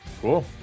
Cool